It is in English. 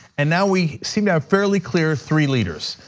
and now we seem to have fairly clear three leaders,